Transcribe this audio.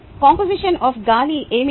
composition of గాలి ఏమిటి